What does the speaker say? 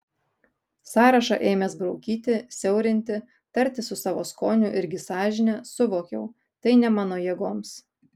sąrašą ėmęs braukyti siaurinti tartis su savo skoniu irgi sąžine suvokiau tai ne mano jėgoms